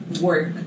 work